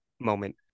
moment